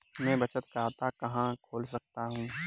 मैं बचत खाता कहाँ खोल सकता हूँ?